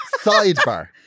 sidebar